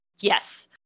Yes